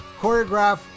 Choreograph